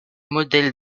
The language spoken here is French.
modèle